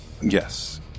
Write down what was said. Yes